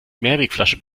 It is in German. mehrwegflasche